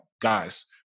guys